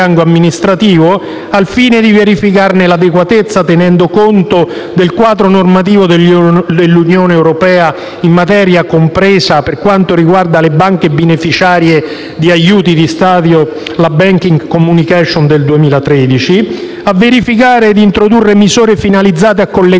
al fine di verificarne l'adeguatezza, tenendo conto del quadro normativo dell'Unione europea in materia, compresa, per quanto riguarda le banche beneficiarie di aiuti di Stato, la *banking* *communication* del 2013; a verificare l'opportunità di introdurre misure finalizzate a collegare,